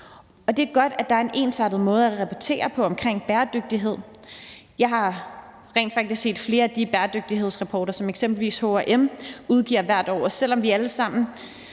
Og det er godt, at der er en ensartet måde at rapportere på omkring bæredygtighed. Jeg har rent faktisk set flere af de bæredygtighedsrapporter, som eksempelvis H&M udgiver hvert år, og selv om vi alle sammen